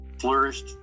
flourished